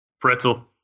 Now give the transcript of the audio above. Pretzel